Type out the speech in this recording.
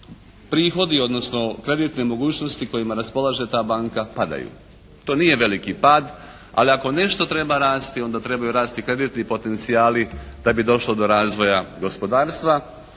prihodi odnosi kreditne mogućnosti kojima raspolaže ta banka padaju. To nije veliki pad, ali ako nešto treba rasti on da trebaju rasti kreditni potencijali da bi došlo do razvoja gospodarstva.